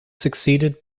succeeded